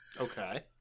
Okay